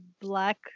black